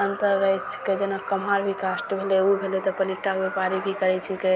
अन्तर रहय छिकै जेना कमार भी कास्ट भेलय उ भेलय तऽ अपन एकटा व्यापारी भी करय छिकै